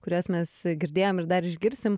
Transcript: kuriuos mes girdėjom ir dar išgirsim